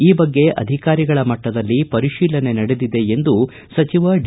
ಈ ಬಗ್ಗೆ ಅಧಿಕಾರಿಗಳ ಮಟ್ಟದಲ್ಲಿ ಪರಿಶೀಲನೆ ನಡೆದಿದೆ ಎಂದು ಸಚಿವ ಡಿ